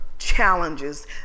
challenges